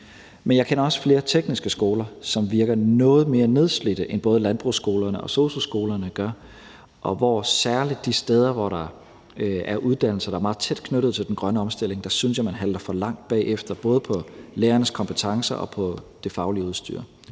Men jeg kender også flere tekniske skoler, som virker noget mere nedslidte end både landbrugsskolerne og sosu-skolerne gør, og hvor jeg synes at man særlig de steder, hvor der er uddannelser, der er meget tæt knyttet til den grønne omstilling, halter for langt bagefter, både hvad angår lærernes kompetencer, og hvad angår det faglige udstyr.